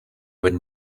would